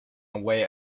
away